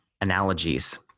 analogies